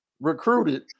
Recruited